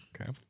Okay